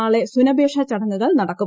നാളെ സുനബേഷ ചടങ്ങുകൾ നടക്കും